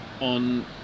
on